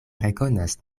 rekonas